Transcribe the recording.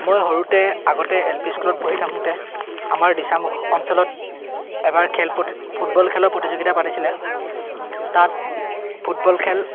মই সৰুতে আগতে এল পি স্কুলত পঢ়ি থাকোঁতে আমাৰ দিচাংমুখ অঞ্চলত এবাৰ খেল ফুটবল খেলৰ প্ৰতিযোগিতা পাতিছিলে তাত ফুটবল খেল